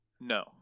No